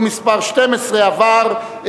שעה) (שירות במשטרה ושירות מוכר) (תיקון מס' 12) עברה